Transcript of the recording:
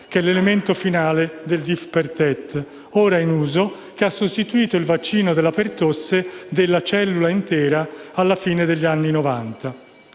che è l'elemento finale del vaccino combinato DTaP, ora in uso, ha sostituito il vaccino della pertosse della cellula intera alla fine degli anni